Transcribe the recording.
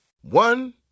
One